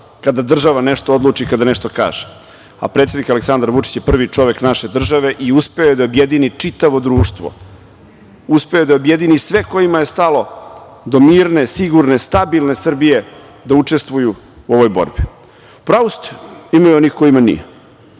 kada država nešto odluči, kada nešto kaže. Predsednik Aleksandar Vučić je prvi čovek naše države i uspeo je da objedini čitavo društvo, uspeo je da objedini sve kojima je stalo do mirne, sigurne, stabilne Srbije, da učestvuju u ovoj borbi. U pravu ste, ima i onih kojima